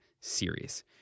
series